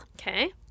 Okay